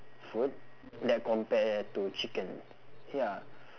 food that compare to chicken ya